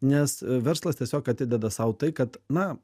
nes verslas tiesiog atideda sau tai kad na